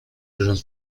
grożąc